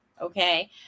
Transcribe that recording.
Okay